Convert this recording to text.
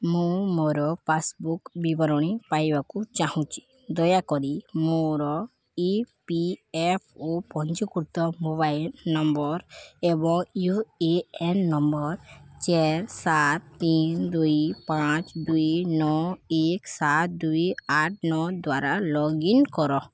ମୁଁ ମୋର ପାସ୍ବୁକ୍ ବିବରଣୀ ପାଇବାକୁ ଚାହୁଁଛି ଦୟାକରି ମୋର ଇ ପି ଏଫ୍ ଓ ପଞ୍ଜୀକୃତ ମୋବାଇଲ୍ ନମ୍ବର ଏବଂ ୟୁ ଏ ଏନ୍ ନମ୍ବର୍ ଚାରି ସାତ ତିନି ଦୁଇ ପାଞ୍ଚ ଦୁଇ ନଅ ଏକ ସାତ ଦୁଇ ଆଠ ନଅ ଦ୍ଵାରା ଲଗ୍ଇନ୍ କର